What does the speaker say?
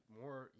more